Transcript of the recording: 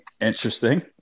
Interesting